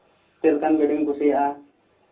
ᱪᱮᱫ ᱞᱮᱠᱟᱱ ᱜᱟᱹᱰᱤᱢ ᱠᱩᱥᱤᱭᱟᱜᱼᱟ